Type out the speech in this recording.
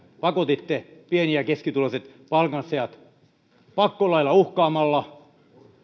pakotitte pieni ja keskituloiset palkansaajat ase ohimolla pakkolailla uhkaamalla